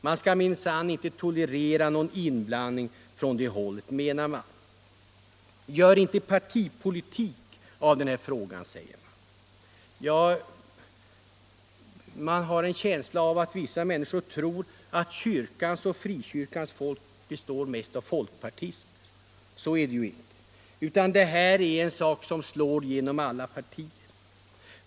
Man skall minsann icke tolerera någon inblandning från det hållet, menar man. Gör inte partipolitik av den här frågan säger en del. Det verkar som om vissa människor tror att kyrkans och frikyrkans folk består mest av folkpartister. Så är det ju inte, utan detta är en sak som slår genom alla partier.